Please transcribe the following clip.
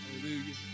Hallelujah